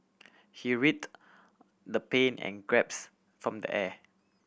he writhe the pain and graps form the air